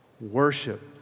worship